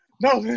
No